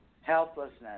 Helplessness